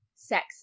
sex